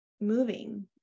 moving